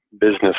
business